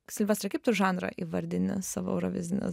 silvestrai kaip tu žanrą įvardini savo eurovizinės